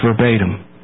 verbatim